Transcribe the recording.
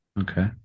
Okay